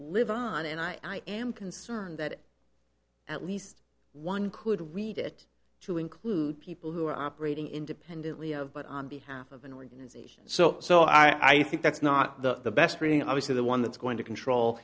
live on and i am concerned that at least one could read it to include people who are operating independently of but on behalf of an organization so so i think that's not the best reading obviously the one that's going to control